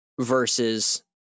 versus